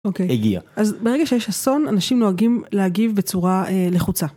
אוקיי.הגיע. אז ברגע שיש אסון אנשים נוהגים להגיב בצורה לחוצה.